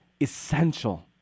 essential